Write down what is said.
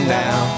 now